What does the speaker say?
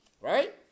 Right